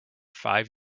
five